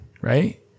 Right